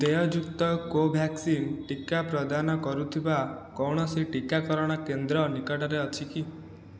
ଦେୟଯୁକ୍ତ କୋଭ୍ୟାକ୍ସିନ୍ ଟିକା ପ୍ରଦାନ କରୁଥିବା କୌଣସି ଟିକାକରଣ କେନ୍ଦ୍ର ନିକଟରେ ଅଛି କି